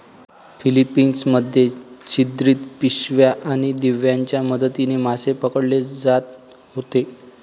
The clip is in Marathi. फिलीपिन्स मध्ये छिद्रित पिशव्या आणि दिव्यांच्या मदतीने मासे पकडले जात होते